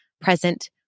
present